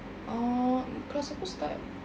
uh class aku start